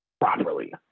properly